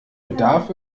bedarf